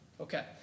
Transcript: Okay